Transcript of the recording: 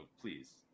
please